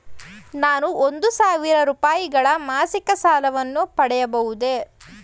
ನಾನು ಒಂದು ಸಾವಿರ ರೂಪಾಯಿಗಳ ಮಾಸಿಕ ಸಾಲವನ್ನು ಪಡೆಯಬಹುದೇ?